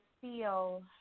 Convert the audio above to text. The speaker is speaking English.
feel